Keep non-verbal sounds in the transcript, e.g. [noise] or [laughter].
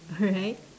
[laughs] alright